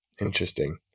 Interesting